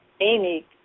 Amy